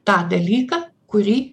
tą dalyką kurį